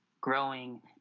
growing